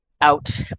out